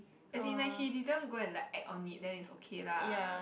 if be may she didn't go and let add on it then is okay lah